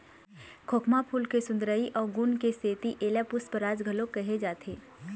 खोखमा फूल के सुंदरई अउ गुन के सेती एला पुस्पराज घलोक कहे जाथे